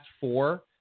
four